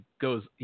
goes